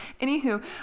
Anywho